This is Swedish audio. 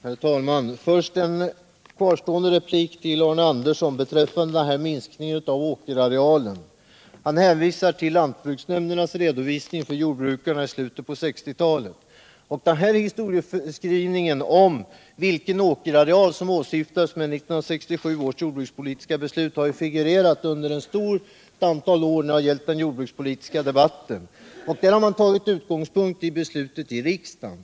Herr talman! Först en kvarstående replik till Arne Andersson i Ljung, som hänvisar till lantbruksnämndernas redovisning för jordbrukarna i slutet av 1960-talet. Historieskrivningen om vilken åkerareal som åsyftas Nr 54 i 1967 års jordbrukspolitiska beslut har figurerat under ett stort antal år i den jordbrukspolitiska debatten. Utgångspunkten har varit beslutet i riksdagen.